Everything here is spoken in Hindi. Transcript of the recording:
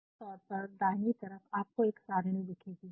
उदाहरण के तौर पर दाहिनी तरफ आपको एक सारणी दिखेगी